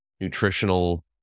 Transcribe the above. nutritional